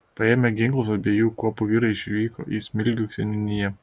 paėmę ginklus abiejų kuopų vyrai išvyko į smilgių seniūniją